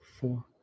four